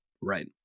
Right